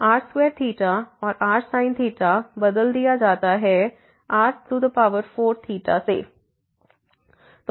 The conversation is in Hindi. r2 और rsin बदल दिया जाता है r4 से